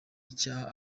icyaha